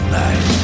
night